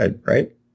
right